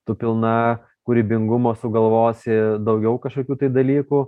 tu pilna kūrybingumo sugalvosi daugiau kažkokių tai dalykų